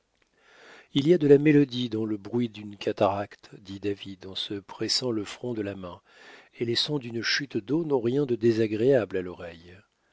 il y a de la mélodie dans le bruit d'une cataracte dit david en se pressant le front de la main et les sons d'une chute d'eau n'ont rien de désagréable à l'oreille